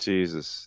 Jesus